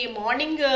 morning